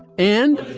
and